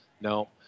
No